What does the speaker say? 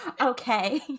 okay